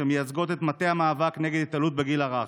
שמייצגות את מטה המאבק נגד התעללות בגיל הרך.